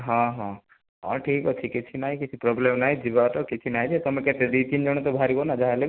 ହଁ ହଁ ହଁ ଠିକ୍ ଅଛି କିଛି ନାହିଁ କିଛି ପ୍ରୋବଲେମ ନାହିଁ ଯିବା ତ କିଛି ନାହିଁ ଯେ ତମେ କେତେ ଦୁଇ ତିନି ଜଣ ତ ବାହାରିବ ନା ଯାହାହେଲେ ବି